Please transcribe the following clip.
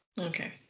okay